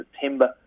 September